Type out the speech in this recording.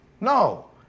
No